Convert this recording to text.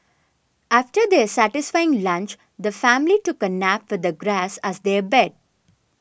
after their satisfying lunch the family took a nap the grass as their bed